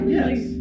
yes